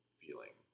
feeling